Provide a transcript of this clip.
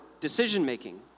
decision-making